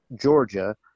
Georgia